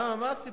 מה, מה הסיפור?